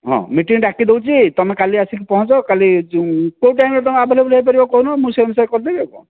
ହଁ ମିଟିଙ୍ଗ ଡାକି ଦେଉଛି ତମେ କାଲି ଆସିକି ପହଞ୍ଚ କାଲି କେଉଁ ଟାଇମ ରେ ତମେ ଅଭେଲେବୁଲ ହୋଇପାରିବ କହୁନ ମୁଁ ସେହି ଅନୁସାରେ କରିଦେବି ଆଉ କଣ